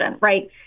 right